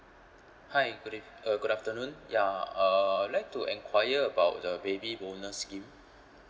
hi good eve~ uh good afternoon ya uh I'd like to enquire about the baby bonus scheme